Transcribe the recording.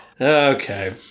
Okay